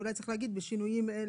אולי צריך להגיד בשינויים אלה,